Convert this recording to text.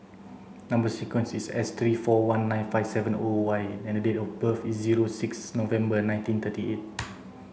number sequence is S three four one nine five seven O Y and date of birth is zero six November nineteen thirty eight